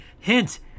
Hint